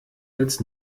als